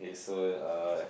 okay so uh